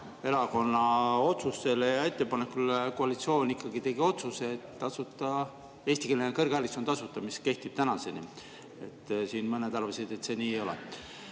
Erakonna otsustele ja ettepanekule koalitsioon ikkagi tegi otsuse, et eestikeelne kõrgharidus on tasuta, ja see kehtib tänaseni. Siin mõned arvasid, et see nii ei ole.